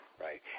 right